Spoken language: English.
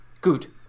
good